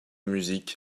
musique